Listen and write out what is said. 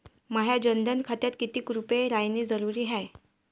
माह्या जनधन खात्यात कितीक रूपे रायने जरुरी हाय?